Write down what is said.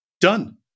done